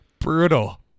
Brutal